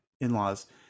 in-laws